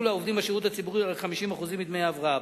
לעובדים בשירות הציבורי רק 50% מדמי ההבראה.